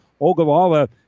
Ogallala